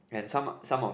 and some some of